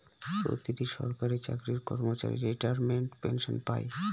প্রতিটি সরকারি চাকরির কর্মচারী রিটায়ারমেন্ট পেনসন পাই